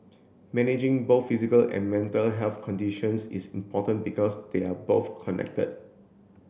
managing both physical and mental health conditions is important because they are both connected